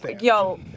Yo